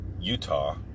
Utah